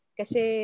kasi